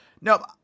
no